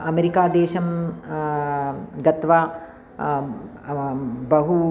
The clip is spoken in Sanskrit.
अमेरिकादेशं गत्वा बहु